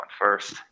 first